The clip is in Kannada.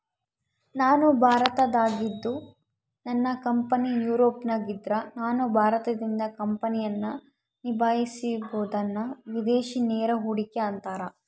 ನಾನು ಭಾರತದಾಗಿದ್ದು ನನ್ನ ಕಂಪನಿ ಯೂರೋಪ್ನಗಿದ್ದ್ರ ನಾನು ಭಾರತದಿಂದ ಕಂಪನಿಯನ್ನ ನಿಭಾಹಿಸಬೊದನ್ನ ವಿದೇಶಿ ನೇರ ಹೂಡಿಕೆ ಅಂತಾರ